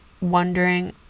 wondering